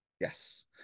Yes